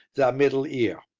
the middle ear.